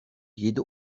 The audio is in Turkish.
yedi